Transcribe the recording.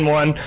one